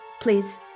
please